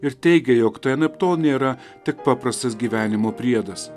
ir teigia jog tai anaiptol nėra tik paprastas gyvenimo priedas